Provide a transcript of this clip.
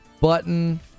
Button